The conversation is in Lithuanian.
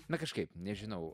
na kažkaip nežinau